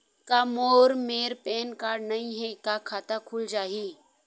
मोर मेर PAN number नई हे का खाता खुल जाही?